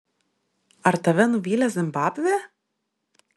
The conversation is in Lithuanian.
ar tave nuvylė zimbabvė